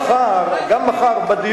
גם מחר בדיון,